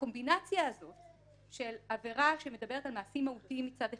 הקומבינציה הזאת של עבירה שמדברת על מעשים מהותיים מצד אחד,